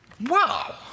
Wow